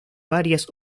varias